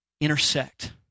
intersect